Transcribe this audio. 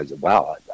wow